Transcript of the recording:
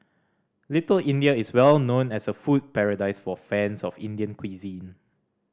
Little India is well known as a food paradise for fans of Indian cuisine